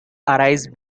arise